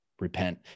repent